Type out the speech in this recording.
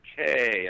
okay